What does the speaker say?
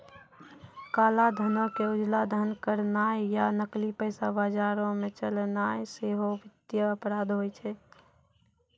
काला धनो के उजला धन करनाय या नकली पैसा बजारो मे चलैनाय सेहो वित्तीय अपराध होय छै